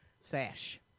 sash